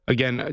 Again